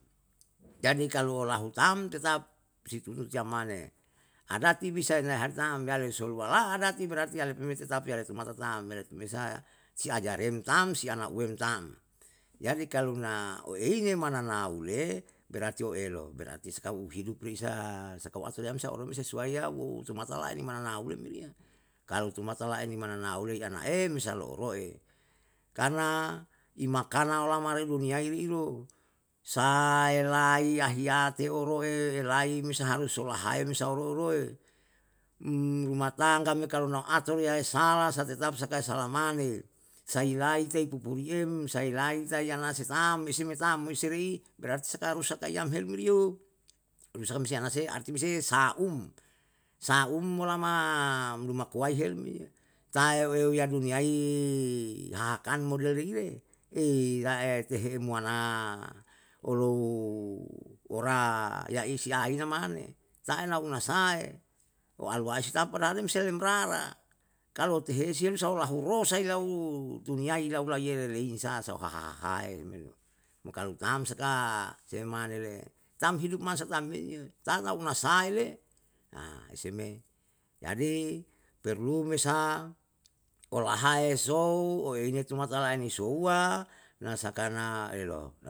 Jadi kalu lahu tam tetap si tutu tiya mane. adati bisa ene harta am yale solo wala'a, adati berarti yale pemete tetap yale tumata tam mere tu mesaya, si ajarem tam, si anauwe tam, jadi kalu na oei mananaule, berarti o'elo, berarti sakau uhidup reisa saka asuliam sa olo me sesuai yauwo, tumata lau mananaule meri ya, kalu tumata lai ni mananaule iana em mesa ro roe, karna imakana olama duniyai reiro, sae lai ahiyate oro'e elai me saharus holahae me saoro roe, um rumah tangga me kalu nau ator yae salah sa tetap sakae salah mane, sailai tei pupuriem, sailai tai anase tam esi me tam mo serei berarti saka rusa sai helu meri yo, rusam si anase arti me se saum, sa um molama lumakuwai helu me yo, tae euya duniyai hahakan model reire? ra'e tehem mo ana olou ora yaisi aina mane. Taena na una sae, oaluwasi tau padahal lem se remrara, kalu otiheusi sahu lau ro sai lau tuniyai ilai lau laiye lelein sa sao haha hae me, mo kalu tam sa ka se emmane le tam hidup mansa tam nei yo tau na sae le? ese me, jadi perlu me saolahae sou oine tumata laeni souwa na saka na elo